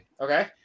okay